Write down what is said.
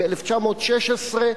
ב-1916,